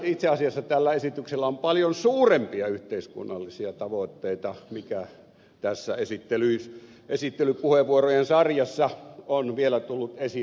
itse asiassa tällä esityksellä on paljon suurempia yhteiskunnallisia tavoitteita kuin tässä esittelypuheenvuorojen sarjassa on vielä tullut esillekään